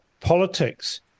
politics